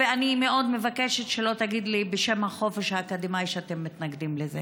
ואני מאוד מבקשת שלא תגיד לי שאתם מתנגדים לזה